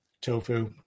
Tofu